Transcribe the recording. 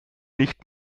nicht